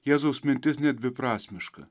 jėzaus mintis nedviprasmiška